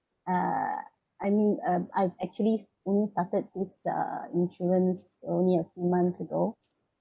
uh I mean uh I've actually only started to use uh insurance only a month ago